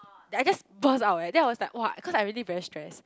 I just burst out eh then I was like !wah! cause I really very stressed